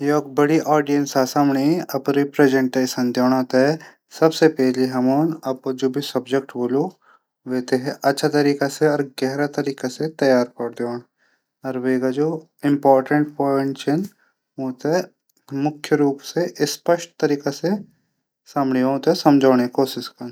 बडी audience समणी अपडी presentation देणू से पैली अपडू जू सब्जेक्ट होलू वे थे अच्छा और गहरा तरीके से तैयार कौरी दीण ।वे जू इमपोटैंट प्वांइट छन। ऊ थै स्पष्ट रूप समणी ऊथै समझौणा कोशिश कन।